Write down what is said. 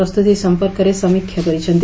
ପ୍ରସ୍ତତି ସମ୍ପର୍କରେ ସମୀକ୍ଷା କରିଛନ୍ତି